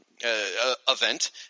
event